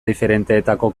diferentetako